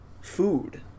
food